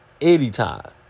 anytime